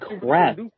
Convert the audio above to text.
crap